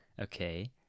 Okay